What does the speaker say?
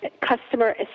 customer